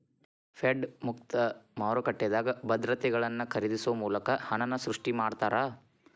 Fed ಮುಕ್ತ ಮಾರುಕಟ್ಟೆದಾಗ ಭದ್ರತೆಗಳನ್ನ ಖರೇದಿಸೊ ಮೂಲಕ ಹಣನ ಸೃಷ್ಟಿ ಮಾಡ್ತಾರಾ